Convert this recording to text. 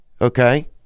okay